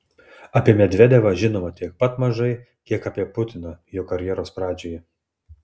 apie medvedevą žinoma tiek pat mažai kiek apie putiną jo karjeros pradžioje